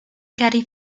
carrie